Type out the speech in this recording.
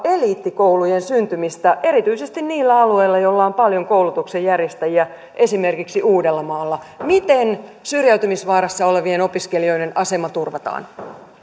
eliittikoulujen syntymistä erityisesti niillä alueilla joilla on paljon koulutuksen järjestäjiä esimerkiksi uudellamaalla miten syrjäytymisvaarassa olevien opiskelijoiden asema turvataan